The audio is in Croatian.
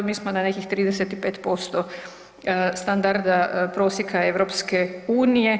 Mi smo na nekih 35% standarda prosjeka EU.